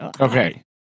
Okay